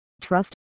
trust